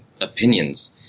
opinions